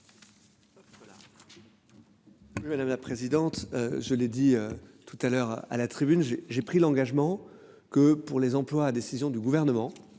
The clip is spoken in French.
madame la présidente. Je l'ai dit tout à l'heure à la tribune, j'ai, j'ai pris l'engagement que pour les employes. Décision du gouvernement.